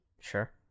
Sure